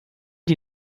die